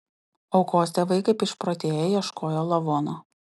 aukos tėvai kaip išprotėję ieškojo lavono